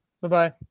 Bye-bye